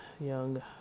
Young